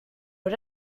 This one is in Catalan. era